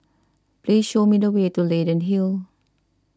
please show me the way to Leyden Hill